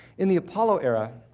in the apollo era,